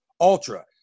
ultra